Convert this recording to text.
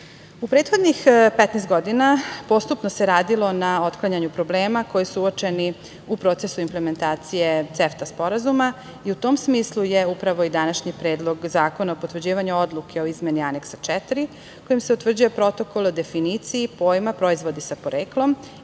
prethodnih 15 godina postupno se radilo na otklanjanju problema koji su uočeni u procesu implementacije CEFTA sporazuma i u tom smislu je upravo i današnji Predlog zakona o potvrđivanju Odluke o izmeni Aneksa 4 kojim se utvrđuje Protokol o definiciji pojma „proizvoda sa poreklom“